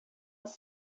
its